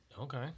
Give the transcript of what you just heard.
Okay